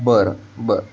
बरं बरं